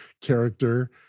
character